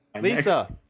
Lisa